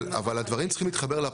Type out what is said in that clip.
אבל הדברים צריכים להתחבר לפרקטיקה.